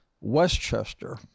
Westchester